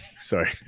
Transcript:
sorry